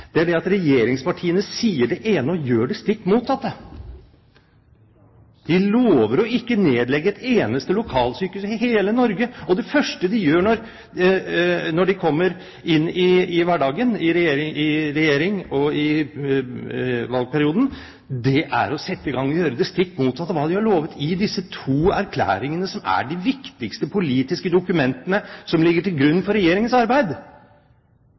at regjeringspartiene sier det ene og gjør det stikk motsatte. De lover å ikke nedlegge et eneste lokalsykehus i hele Norge, og det første de gjør når de kommer inn i hverdagen – i regjering, i valgperioden – er å sette i gang og gjøre det stikk motsatte av hva de har lovet i disse to erklæringene, som er de viktigste politiske dokumentene som ligger til grunn for Regjeringens arbeid.